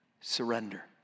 Surrender